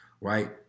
right